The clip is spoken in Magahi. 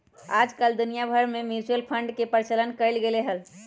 आजकल दुनिया भर में म्यूचुअल फंड के प्रचलन कइल गयले है